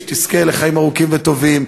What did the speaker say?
שתזכה לחיים ארוכים וטובים,